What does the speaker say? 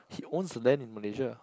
he owns a land in Malaysia